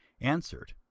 answered